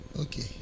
Okay